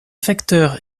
facteurs